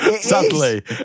Sadly